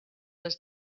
les